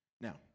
Now